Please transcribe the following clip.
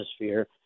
atmosphere